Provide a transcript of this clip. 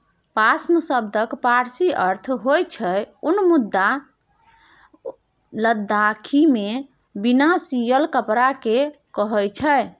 पाश्म शब्दक पारसी अर्थ होइ छै उन मुदा लद्दाखीमे बिना सियल कपड़ा केँ कहय छै